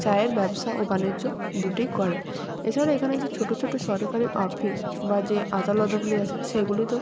চায়ের ব্যবসা ও বাণিজ্য দুটিই করে এছাড়াও এখানে যে ছোট ছোট সরকারি অফিস বা যে আদালতগুলি আছে সেগুলি তো